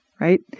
Right